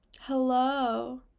Hello